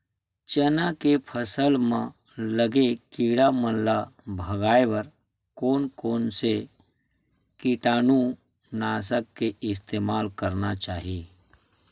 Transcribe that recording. चना के फसल म लगे किड़ा मन ला भगाये बर कोन कोन से कीटानु नाशक के इस्तेमाल करना चाहि?